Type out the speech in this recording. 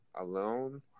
alone